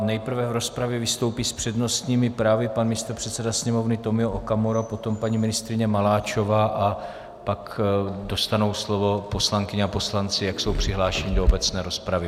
Nejprve v rozpravě vystoupí s přednostními právy pan místopředseda Sněmovny Tomio Okamura, potom paní ministryně Maláčová a pak dostanou slovo poslankyně a poslanci, jak jsou přihlášeni do obecné rozpravy.